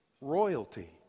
royalty